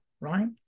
right